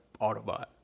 Autobot